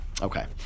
Okay